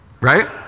Right